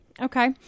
Okay